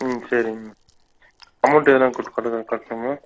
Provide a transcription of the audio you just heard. ம் சரிங்க madam amount எவ்வளோ கொடுக்கட்டுங்க